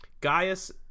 Gaius